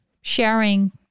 sharing